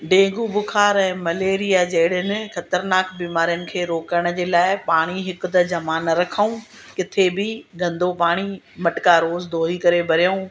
dengue बुखार ऐं malaria जहिड़ियुनि खतरनाक बीमारियुनि खे रोकण जे लाइ पाणी हिकु त जमा न रखूं किथे बि गंदो पाणी मटका रोज़ धोई करे भरियूं